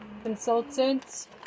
consultants